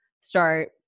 start